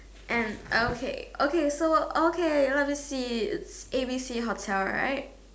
and okay okay so okay let me see A B C hotel right